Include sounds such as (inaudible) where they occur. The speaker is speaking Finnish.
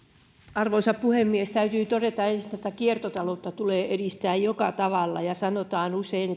arvoisa puhemies täytyy todeta ensinettä tätä kiertotaloutta tulee edistää joka tavalla ja sanotaan usein (unintelligible)